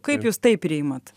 kaip jūs tai priimat